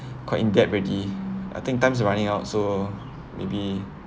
quite integrity I think time's running out so maybe